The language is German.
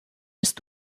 bist